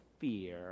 fear